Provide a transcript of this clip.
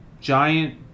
giant